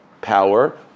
power